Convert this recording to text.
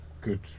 good